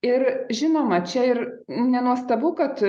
ir žinoma čia ir nenuostabu kad